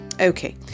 Okay